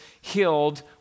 healed